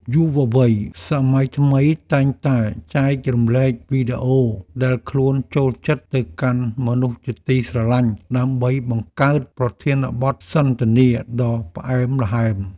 យុវវ័យសម័យថ្មីតែងតែចែករំលែកវីដេអូដែលខ្លួនចូលចិត្តទៅកាន់មនុស្សជាទីស្រឡាញ់ដើម្បីបង្កើតប្រធានបទសន្ទនាដ៏ផ្អែមល្ហែម។